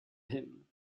him